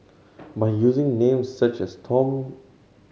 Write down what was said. by using names such as Tom